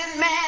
man